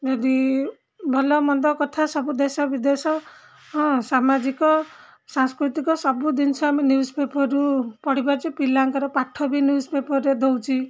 ଯଦି ଭଲମନ୍ଦ କଥା ସବୁ ଦେଶ ବିଦେଶ ହଁ ସାମାଜିକ ସାଂସ୍କୃତିକ ସବୁ ଜିନିଷ ଆମେ ନ୍ୟୁଜ୍ ପେପର୍ରୁ ପଢ଼ିପାରୁଛୁ ପିଲାଙ୍କର ପାଠ ବି ନ୍ୟୁଜ୍ ପେପରରେ ଦଉଛି